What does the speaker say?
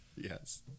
Yes